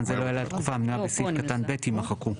זה לא יעלה על התקופה המנויה בסעיף קטן (ב) יימחקו'.